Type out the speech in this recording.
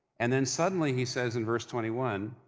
and then, suddenly, he says, in verse twenty one,